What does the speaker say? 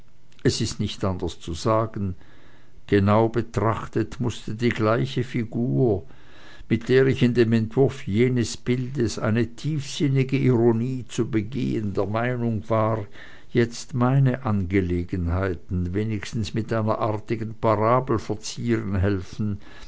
es ist nicht anders zu sagen genau betrachtet mußte die gleiche figur mit der ich in dem entwurf jenes bildes eine tiefsinnige ironie zu begehen der meinung war jetzt meine angelegenheiten wenigstens mit einer artigen parabel verzieren helfen